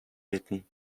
written